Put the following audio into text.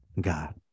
god